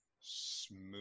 smooth